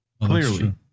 Clearly